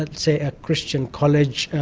and say a christian college,